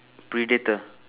predator